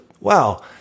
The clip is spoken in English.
wow